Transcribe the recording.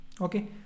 okay